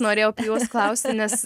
norėjau apie juos klausti nes